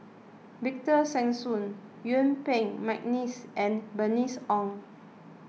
Victor Sassoon Yuen Peng McNeice and Bernice Ong